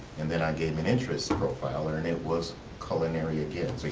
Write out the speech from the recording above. and then i gave him an interests profile and and it was culinary again. so he